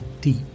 deep